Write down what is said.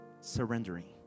Surrendering